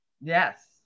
Yes